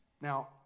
Now